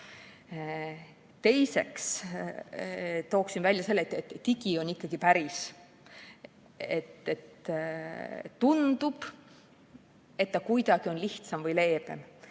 Teiseks tooksin välja selle, et digi on ikkagi päris. Tundub, et ta kuidagi on lihtsam või leebem.